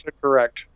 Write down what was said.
correct